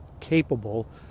capable